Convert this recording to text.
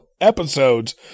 episodes